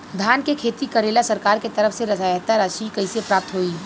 धान के खेती करेला सरकार के तरफ से सहायता राशि कइसे प्राप्त होइ?